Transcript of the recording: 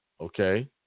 Okay